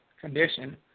condition